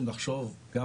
רגע,